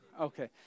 Okay